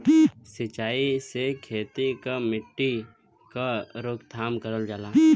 सिंचाई से खेती के मट्टी क रोकथाम करल जाला